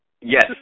Yes